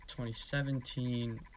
2017